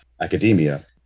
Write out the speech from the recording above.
academia